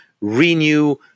renew